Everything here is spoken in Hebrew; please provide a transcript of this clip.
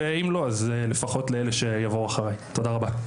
ואם לא אז לפחות לא יבואו אחריי, תודה רבה.